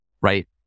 Right